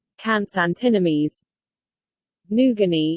kant's antinomies noogony